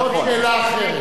זאת שאלה אחרת.